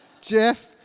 Jeff